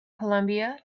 colombia